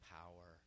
power